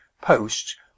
posts